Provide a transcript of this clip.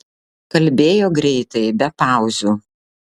kalbėjo greitai be pauzių